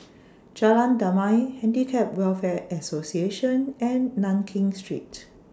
Jalan Damai Handicap Welfare Association and Nankin Street